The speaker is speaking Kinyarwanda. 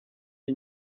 iyi